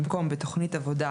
במקום "בתכנית עבודה,